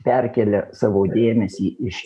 perkėlia savo dėmesį iš